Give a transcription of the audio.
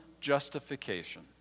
justification